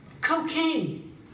Cocaine